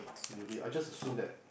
maybe I just assume that